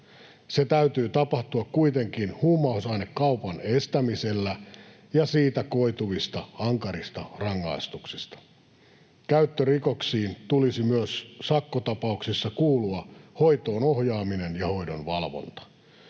Sen täytyy tapahtua kuitenkin huumausainekaupan estämisellä ja siitä koituvilla ankarilla rangaistuksilla. Käyttörikoksiin tulisi myös sakkotapauksissa kuulua hoitoon ohjaaminen ja hoidon valvonta.